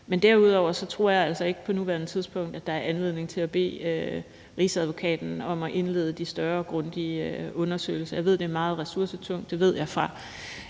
Men derudover tror jeg altså ikke på nuværende tidspunkt, at der er anledning til at bede Rigsadvokaten om at indlede de større og grundigere undersøgelser. Jeg ved, at det er meget ressourcetungt – det ved jeg fra